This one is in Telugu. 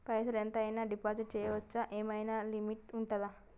పైసల్ ఎంత అయినా డిపాజిట్ చేస్కోవచ్చా? ఏమైనా లిమిట్ ఉంటదా?